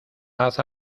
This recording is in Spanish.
haz